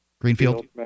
Greenfield